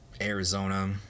Arizona